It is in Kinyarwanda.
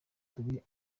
turi